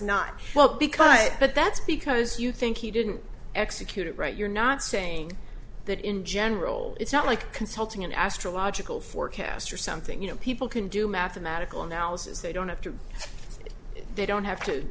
not well because i but that's because you think he didn't execute right you're not saying that in general it's not like consulting an astrological forecasters something you know people can do mathematical analysis they don't have to they don't have to